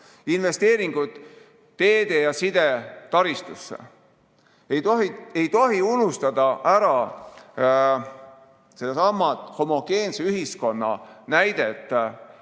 Investeeringud teedesse ja sidetaristusse. Ei tohi unustada ära sedasama homogeense ühiskonna näidet.